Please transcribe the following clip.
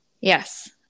yes